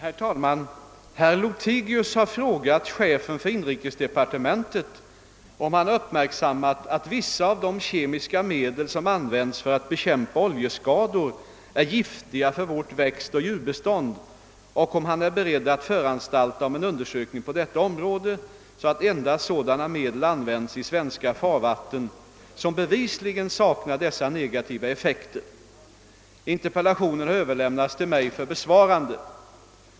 Herr talman! Herr Lothigius har frå gat chefen för inrikesdepartementet om han uppmärksammat att vissa av de kemiska medel, som används för att bekämpa oljeskador, är giftiga för vårt växtoch djurbestånd och om han är beredd att föranstalta om en undersökning på detta område så att endast sådana medel används i svenska farvatten som bevisligen saknar dessa negativa effekter. Interpellationen har överlämnats till mig för besvarande.